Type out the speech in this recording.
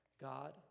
God